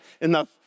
enough